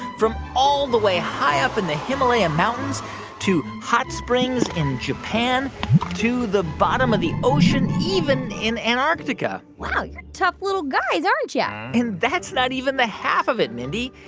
from all the way high up in the himalayan mountains to hot springs in japan to the bottom of the ocean, even in antarctica wow, you're tough little guys, aren't you? yeah and that's not even the half of it, mindy.